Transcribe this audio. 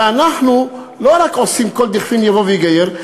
ואנחנו לא רק עושים כל דכפין יבוא ויגייר,